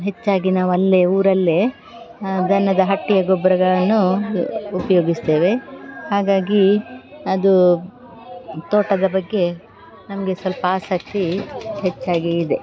ಹೆಚ್ಚಾಗಿ ನಾವು ಅಲ್ಲೇ ಊರಲ್ಲೇ ದನದ ಹಟ್ಟಿಯ ಗೊಬ್ಬರಗಳನ್ನು ಉಪಯೋಗಿಸ್ತೇವೆ ಹಾಗಾಗಿ ಅದು ತೋಟದ ಬಗ್ಗೆ ನಮಗೆ ಸ್ವಲ್ಪ ಆಸಕ್ತಿ ಹೆಚ್ಚಾಗಿ ಇದೆ